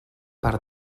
per